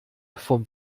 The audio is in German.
vom